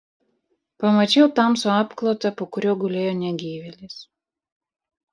pamačiau tamsų apklotą po kuriuo gulėjo negyvėlis